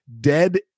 dead